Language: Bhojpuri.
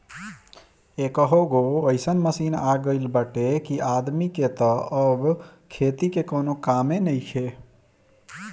एकहगो अइसन मशीन आ गईल बाटे कि आदमी के तअ अब खेती में कवनो कामे नइखे